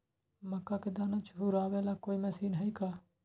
मक्का के दाना छुराबे ला कोई मशीन हई का?